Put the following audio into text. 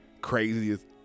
craziest